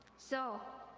so,